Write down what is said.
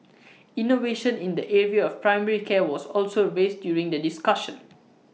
innovation in the area of primary care was also raised during the discussion